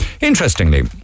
interestingly